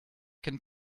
can